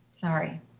sorry